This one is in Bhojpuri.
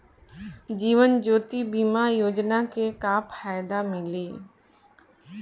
जीवन ज्योति बीमा योजना के का फायदा मिली?